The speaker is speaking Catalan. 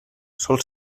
sol